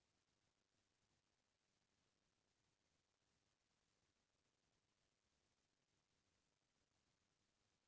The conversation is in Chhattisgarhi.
पेड़ पउधा ले फसल ह या फर ह अलगियाइस तहाँ ले ओ फसल ह चल संपत्ति हो जाथे